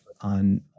on